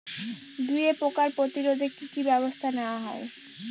দুয়ে পোকার প্রতিরোধে কি কি ব্যাবস্থা নেওয়া হয়?